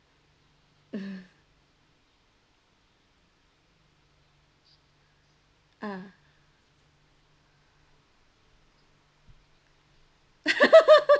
ah